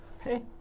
Hey